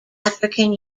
african